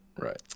Right